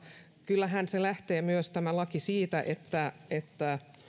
kyllähän myös tämä laki lähtee siitä että että